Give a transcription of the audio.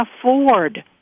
afford